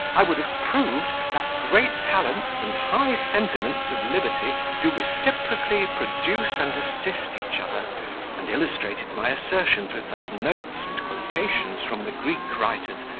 i would have proved, that great talents, and high sentiments of liberty, do reciprocally produce and assist each other and illustrated my assertions with such notes and quotations from the greek writers,